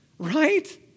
right